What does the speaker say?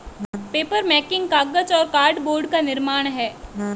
papermaking कागज और cardboard का निर्माण है